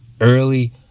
Early